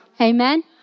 Amen